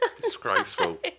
Disgraceful